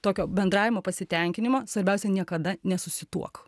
tokio bendravimo pasitenkinimo svarbiausia niekada nesusituok